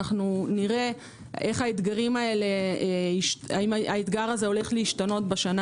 נראה האם האתגר הזה הולך להשתנות בשנה